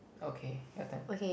okay your turn